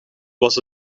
was